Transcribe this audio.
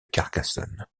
carcassonne